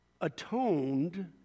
atoned